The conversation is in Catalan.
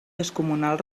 descomunal